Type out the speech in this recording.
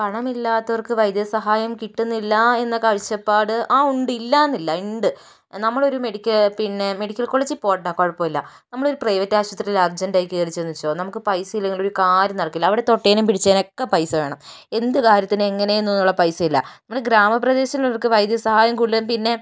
പണമില്ലാത്തവർക്ക് വൈദ്യസഹായം കിട്ടുന്നില്ലാ എന്ന കാഴ്ചപ്പാട് ആ ഉണ്ട് ഇല്ലയെന്നില്ല ഉണ്ട് നമ്മളൊരു മെഡിക്ക പിന്നെ മെഡിക്കൽ കോളേജിൽ പോകണ്ട കുഴപ്പമില്ല നമ്മളൊരു പ്രൈവറ്റ് ആശുപത്രിയിൽ അർജൻറ്റായി കയറിച്ചെന്നെന്ന് വെച്ചോ നമുക്ക് പൈസയില്ലെങ്കിൽ ഒരു കാര്യം നടക്കില്ല അവിടെ തൊട്ടതിനും പിടിച്ചതിനും ഒക്കെ പൈസ വേണം എന്ത് കാര്യത്തിനും എങ്ങനെയൊന്നും ഒന്നും പൈസ ഇല്ല നമ്മൾ ഗ്രാമപ്രദേശങ്ങൾക്ക് വൈദ്യസഹായം കൂടുതലും പിന്നെ